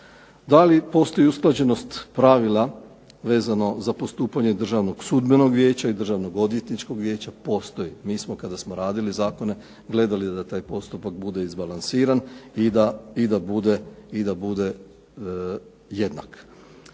Da li postoji usklađenost pravila vezano za postupanje Državnog sudbenog vijeća i Državnog odvjetničkog vijeća, postoji. Mi smo kada smo radili zakone gledali da taj postupak bude izbalansiran i da bude jednak.